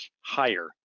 higher